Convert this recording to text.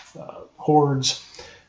Hordes